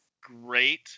great